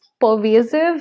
pervasive